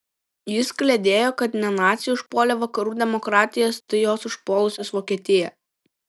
jis kliedėjo kad ne naciai užpuolė vakarų demokratijas tai jos užpuolusios vokietiją